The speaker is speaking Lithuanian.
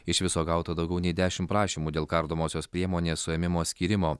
iš viso gauta daugiau nei dešimt prašymų dėl kardomosios priemonės suėmimo skyrimo